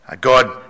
God